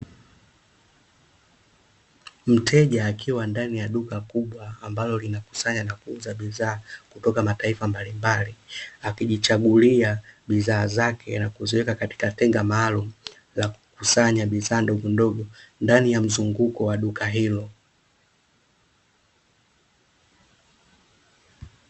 Mteja akiwa ndani ya duka kubwa ambalo linakusanya na kuuza bidhaa kutoka mataifa mbalimbali, akijichagulia bidhaa zake na kuziweka katika tenga maalumu la kukusanya bidhaa ndogo ndogo ndani ya mzunguko wa duka hilo.